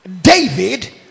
David